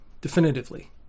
definitively